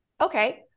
okay